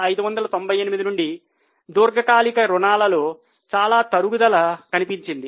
4598 నుండి దీర్ఘకాలిక రుణాలులో చాలా తరుగుదల కనిపించింది